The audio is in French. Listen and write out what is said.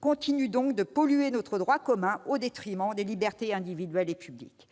continue donc de polluer notre droit commun, au détriment des libertés individuelles et publiques !